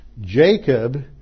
Jacob